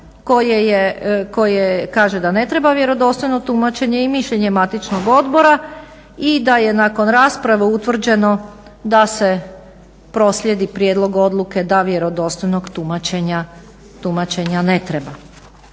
koje kaže da ne treba vjerodostojno tumačenje i mišljenje matičnog odbora i da je nakon rasprave utvrđeno da se proslijedi Prijedlog odluke da vjerodostojnog tumačenja ne treba.